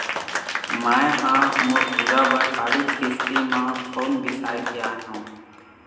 मैय ह मोर टूरा बर कालीच किस्ती म फउन बिसाय के आय हँव